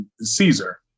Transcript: Caesar